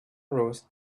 rose